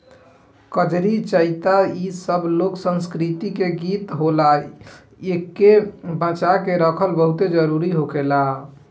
कजरी, चइता इ सब लोक संस्कृति के गीत होला एइके बचा के रखल बहुते जरुरी होखेला